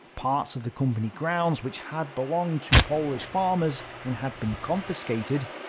parts of the company grounds, which had belonged to polish farmers and had been confiscated,